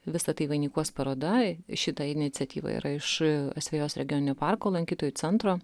visa tai vainikuos paroda šita iniciatyva yra iš asvejos regioninio parko lankytojų centro